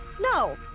No